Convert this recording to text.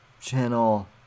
channel